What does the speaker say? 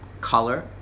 color